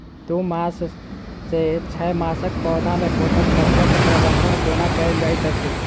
दू मास सँ छै मासक पौधा मे पोसक तत्त्व केँ प्रबंधन कोना कएल जाइत अछि?